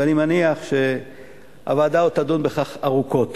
ואני מניח שהוועדה עוד תדון בכך ארוכות.